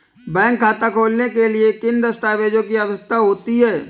Bank खाता खोलने के लिए किन दस्तावेजों की आवश्यकता होती है?